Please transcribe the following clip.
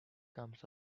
comes